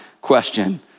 question